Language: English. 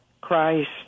Christ